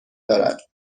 دارد